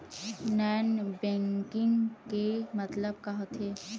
Non banking के मतलब का होथे?